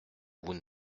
vous